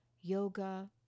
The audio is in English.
yoga